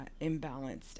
imbalanced